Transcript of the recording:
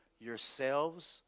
yourselves